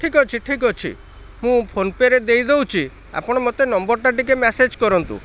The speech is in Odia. ଠିକ ଅଛି ଠିକ ଅଛି ମୁଁ ଫୋନ୍ ପେ ରେ ଦେଇଦେଉଛି ଆପଣ ମତେ ନମ୍ବରଟା ଟିକେ ମ୍ୟାସେଜ୍ କରନ୍ତୁ